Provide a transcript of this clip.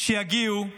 שיגיעו לשרת,